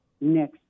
next